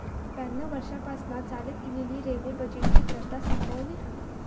ब्याण्णव वर्षांपासना चालत इलेली रेल्वे बजेटची प्रथा संपवली हा